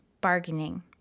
bargaining